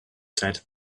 said